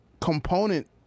component